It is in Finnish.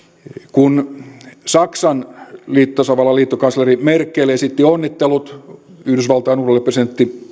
kun saksan tasavallan liittokansleri merkel esitteli onnittelut yhdysvaltain uudelle presidentille